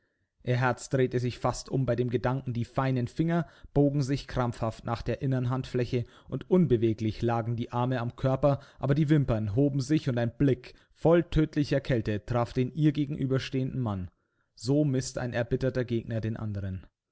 ihr herz drehte sich fast um bei dem gedanken die feinen finger bogen sich krampfhaft nach der innern handfläche und unbeweglich lagen die arme am körper aber die wimpern hoben sich und ein blick voll tödlicher kälte traf den ihr gegenüberstehenden mann so mißt ein erbitterter gegner den anderen